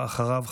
ואחריו,